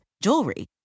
jewelry